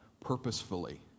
purposefully